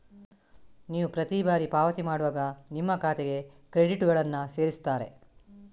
ನೀವು ಪ್ರತಿ ಬಾರಿ ಪಾವತಿ ಮಾಡುವಾಗ ನಿಮ್ಮ ಖಾತೆಗೆ ಕ್ರೆಡಿಟುಗಳನ್ನ ಸೇರಿಸ್ತಾರೆ